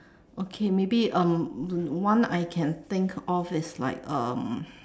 okay maybe um one I can think of is like um